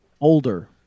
older